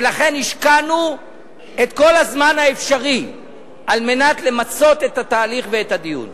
ולכן השקענו את כל הזמן האפשרי על מנת למצות את התהליך ואת הדיון.